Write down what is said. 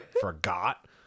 forgot